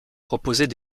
proposait